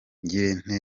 ngirente